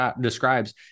describes